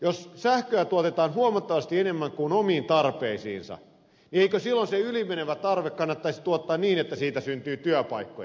jos sähköä tuotetaan huomattavasti enemmän kuin omiin tarpeisiin niin eikö silloin se ylimenevä tarve kannattaisi tuottaa niin että siitä syntyy työpaikkoja